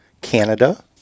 Canada